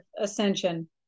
ascension